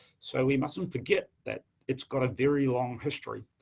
so we mustn't forget that it's got a very long history.